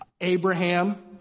Abraham